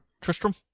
Tristram